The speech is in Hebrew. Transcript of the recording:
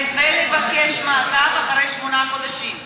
ולבקש מעקב אחרי שמונה חודשים.